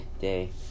day